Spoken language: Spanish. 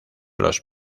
los